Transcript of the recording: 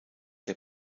der